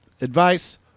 advice